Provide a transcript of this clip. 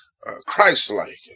Christ-like